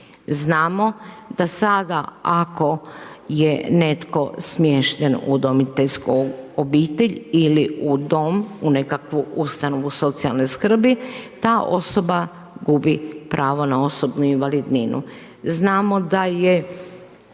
Znamo da saga ako je netko smješten u udomiteljsku obitelj ili u dom, u nekakvu ustanovu socijalne skrbi, ta osoba gubi pravo na osobnu invalidninu. Znamo da je